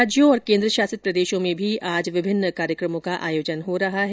राज्य और केन्द्र शासित प्रदेशों में भी आज विभिन्न कार्यक्रमों का आयोजन हो रहा है